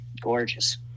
gorgeous